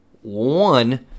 One